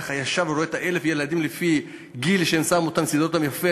ככה ישב וראה את 1,000 הילדים שסידרו אותם יפה,